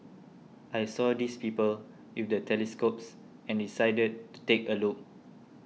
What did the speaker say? I saw these people with the telescopes and decided to take a look